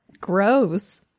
Gross